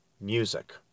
music